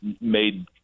made